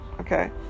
okay